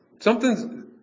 Something's